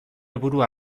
burua